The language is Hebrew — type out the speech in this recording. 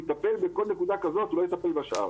אני מנהלת אגף שנקרא "ייעוץ לאזרח הוותיק ומשפחתו".